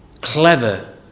clever